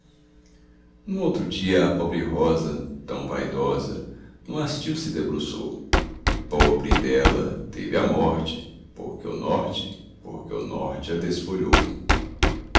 no outro dia a pobre rosa tão vaidosa no hastil se debruçou pobre dela teve a morte porque o norte porque o norte a desfolhou